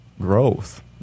growth